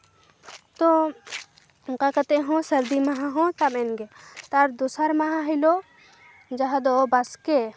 ᱛᱚ ᱚᱱᱠᱟ ᱠᱟᱛᱮᱦᱚᱸ ᱥᱟᱹᱨᱫᱤ ᱢᱟᱦᱟ ᱦᱚᱸ ᱛᱟᱯ ᱮᱱᱜᱮ ᱛᱟᱨ ᱫᱚᱥᱟᱨ ᱢᱟᱦᱟ ᱦᱤᱞᱳᱜ ᱡᱟᱦᱟᱸ ᱫᱚ ᱵᱟᱥᱠᱮ